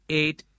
eight